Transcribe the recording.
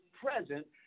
present